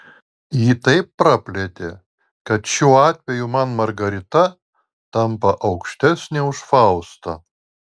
jį taip praplėtė kad šiuo atveju man margarita tampa aukštesnė už faustą